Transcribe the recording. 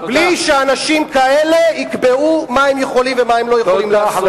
בלי שאנשים כאלה יקבעו מה הם יכולים ומה הם לא יכולים לעשות.